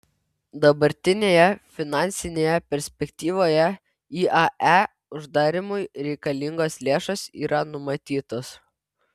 dabartinėje finansinėje perspektyvoje iae uždarymui reikalingos lėšos yra numatytos